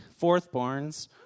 fourthborns